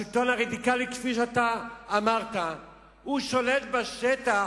השלטון הרדיקלי, כפי שאמרת, שולט בשטח,